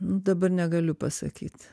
nu dabar negaliu pasakyt